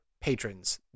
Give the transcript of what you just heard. patrons